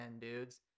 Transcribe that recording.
dudes